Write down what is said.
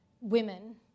women